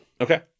Okay